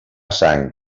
sang